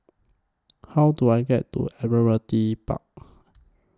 How Do I get to Admiralty Park